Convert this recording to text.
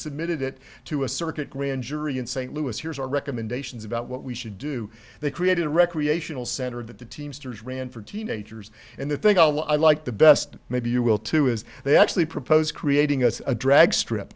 submitted it to a circuit grand jury in st louis here's our recommendations about what we should do they created a recreational center that the teamsters ran for teenagers and the thing i like the best and maybe you will too is they actually proposed creating us a drag strip